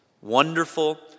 Wonderful